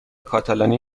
کاتالانی